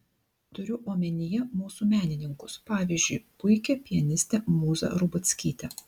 turiu omenyje mūsų menininkus pavyzdžiui puikią pianistę mūzą rubackytę